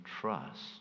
trust